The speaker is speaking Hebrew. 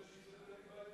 שיקנה בית